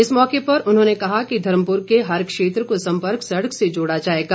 इस मौके पर उन्होंने कहा कि धर्मपुर के हर क्षेत्र को सम्पर्क सड़क से जोड़ा जाएगा